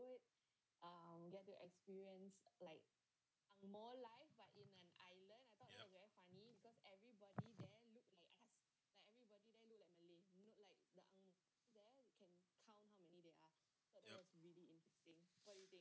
yup yup